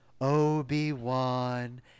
Obi-Wan